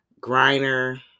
Griner